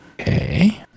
Okay